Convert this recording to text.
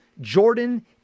Jordan